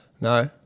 No